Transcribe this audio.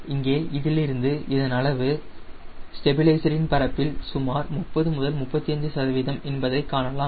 இங்கே இதிலிருந்து இதன் அளவு ஸ்டெபிலைசர் இன் பரப்பில் சுமார் 30 முதல் 35 என்பதை காணலாம்